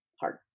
hard